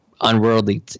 unworldly